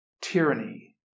Tyranny